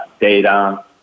data